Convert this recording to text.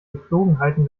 gepflogenheiten